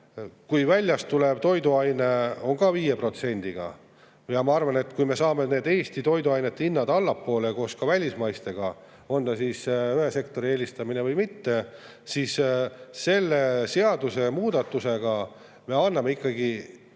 kui väljast tulev toiduaine on ka 5%-ga. Ja ma arvan, et kui me saame Eesti toiduainete hinnad allapoole koos välismaistega, on see ühe sektori eelistamine või mitte, siis selle seadusemuudatusega me toome esile ikkagi Eesti